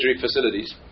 facilities